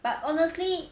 but honestly